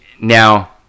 now